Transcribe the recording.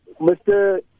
Mr